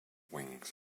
wings